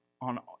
on